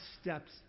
steps